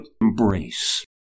embrace